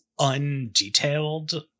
undetailed